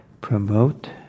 promote